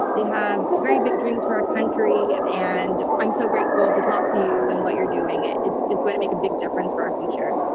they have very big dreams for our country, and i'm so grateful to talk to you, and what you're doing it's it's going to make a big difference for our future.